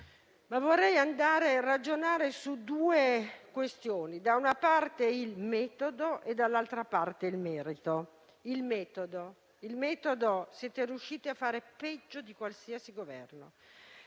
Vorrei ora ragionare su due questioni: da una parte, il metodo e, dall'altra parte, il merito. Sul metodo, siete riusciti a fare peggio di qualsiasi Governo.